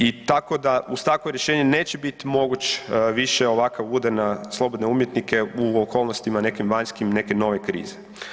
I tako da uz takvo rješenje neće bit moguć više ovakav udar na slobodne umjetnike u okolnostima nekim vanjskim neke nove krize.